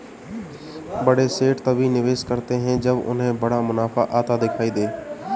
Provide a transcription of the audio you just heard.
बड़े सेठ तभी निवेश करते हैं जब उन्हें बड़ा मुनाफा आता दिखाई दे